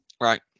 Right